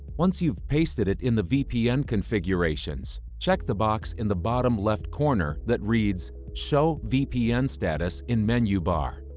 once you've pasted it in the vpn configurations, check the box in the bottom left corner that reads, show vpn status in menu bar.